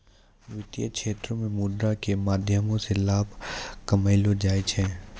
वित्तीय क्षेत्रो मे मुद्रा के माध्यमो से लाभ कमैलो जाय छै